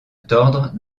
tordre